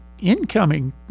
incoming